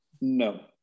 No